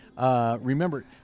Remember